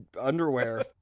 underwear